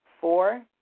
Four